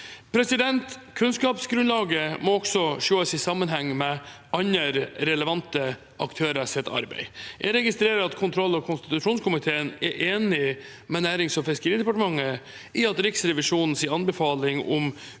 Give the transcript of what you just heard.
tiltak. Kunnskapsgrunnlaget må også sees i sammenheng med andre relevante aktørers arbeid. Jeg registrerer at kontroll- og konstitusjonskomiteen er enig med Nærings- og fiskeridepartementet i at Riksrevisjonens anbefaling om